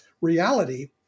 reality